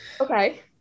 Okay